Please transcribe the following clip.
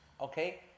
Okay